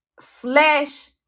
flesh